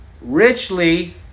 richly